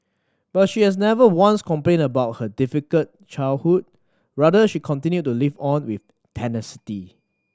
but she has never once complained about her difficult childhood rather she continued to live on with tenacity